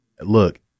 Look